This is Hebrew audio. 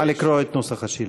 נא לקרוא את נוסח השאילתה.